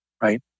right